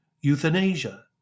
euthanasia